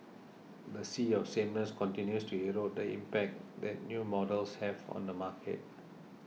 the sea of sameness continues to erode the impact that new models have on the market